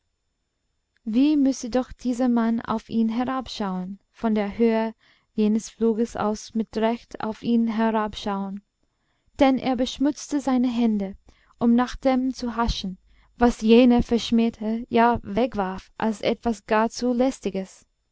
wie müsse doch dieser mann auf ihn herabschauen von der höhe jenes fluges aus mit recht auf ihn herabschauen denn er beschmutzte seine hände um nach dem zu haschen was jener verschmähte ja wegwarf als etwas gar zu lästiges